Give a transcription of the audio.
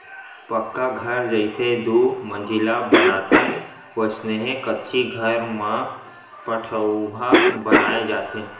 पक्का घर जइसे दू मजिला बनाथन वइसने कच्ची घर म पठउहाँ बनाय जाथे